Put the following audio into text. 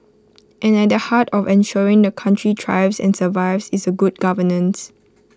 and at the heart of ensuring the country thrives and survives is A good governance